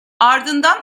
ardından